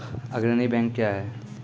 अग्रणी बैंक क्या हैं?